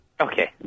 Okay